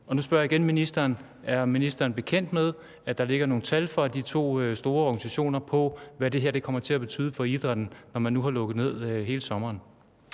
Nu spørger jeg igen ministeren: Er ministeren bekendt med, at der ligger nogle tal fra de to store organisationer på, hvad det her kommer til at betyde for idrætten, når man nu må lukke ned hele sommeren?